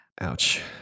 Ouch